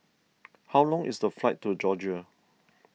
how long is the flight to Georgia